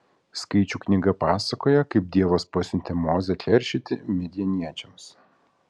skaičių knyga pasakoja kaip dievas pasiuntė mozę keršyti midjaniečiams